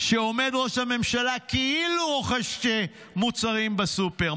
שעומד ראש הממשלה כאילו רוכש מוצרים בסופר,